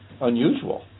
unusual